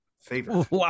Favorite